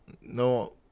No